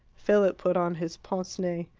philip put on his pince-nez.